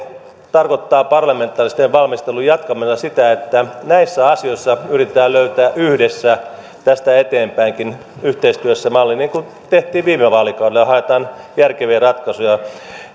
tarkoittaa parlamentaarisen valmistelun jatkamisella sitä että näissä asioissa yritetään löytää yhdessä tästä eteenpäinkin yhteistyössä maaliin niin kuin tehtiin viime vaalikaudella ja haetaan järkeviä ratkaisuja